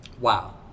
wow